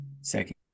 second